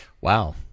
wow